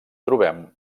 trobem